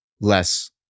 less